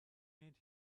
need